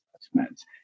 assessments